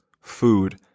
food